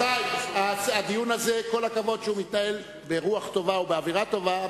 שהדיון הזה מתנהל ברוח טובה ובאווירה טובה,